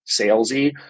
salesy